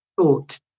thought